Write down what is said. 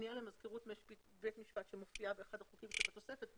פנייה למזכירות בית משפט שמופיעה באחד החוקים שבתוספת,